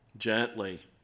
Gently